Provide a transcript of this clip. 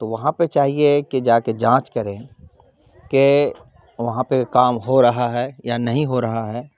تو وہاں پہ چاہیے کہ جا کے جانچ کریں کہ وہاں پہ کام ہو رہا ہے یا نہیں ہو رہا ہے